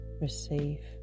receive